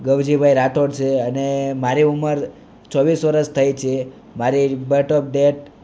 ગવજી ભાઈ રાઠોડ છે અને મારી ઉંમર ચોવીસ વરસ થઈ છે મારી બર્થ ઓફ ડેટ